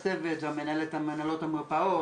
וזה במערכת שמטפלת בעוד הרבה מאוד פניות טלפוניות,